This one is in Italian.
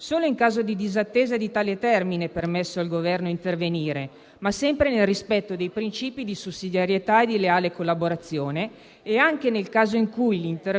Tutto ciò appare come una netta testimonianza del tentativo del Governo di andare a sanare mancanze gravi del Consiglio e della Giunta regionale pugliese guidata da Michele Emiliano.